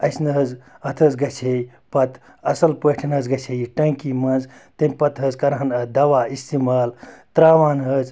اَسہِ نہٕ حظ اَتھ حظ گَژھِ ہے پَتہٕ اَصٕل پٲٹھۍ حظ گَژھِ ہے یہِ ٹنٛکی منٛز تمہِ پَتہٕ حظ کَرٕہَن اَتھ دَوا اِستعمال ترٛاوہَن حظ